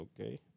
Okay